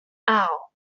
out